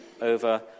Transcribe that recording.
over